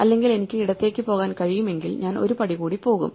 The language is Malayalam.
അല്ലെങ്കിൽ എനിക്ക് ഇടത്തേക്ക് പോകാൻ കഴിയുമെങ്കിൽ ഞാൻ ഒരു പടി കൂടി പോകും